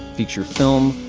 feature film,